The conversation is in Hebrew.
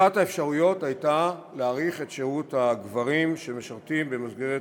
אחת האפשרויות הייתה להאריך את שירות הגברים שמשרתים במסגרת